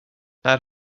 när